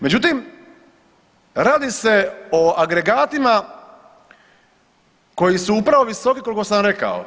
Međutim, radi se o agregatima koji su upravo visoki koliko sam rekao.